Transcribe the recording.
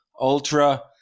ultra